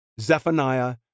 Zephaniah